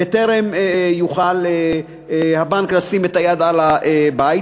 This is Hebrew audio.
בטרם יוכל הבנק לשים את היד על הבית.